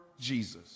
Jesus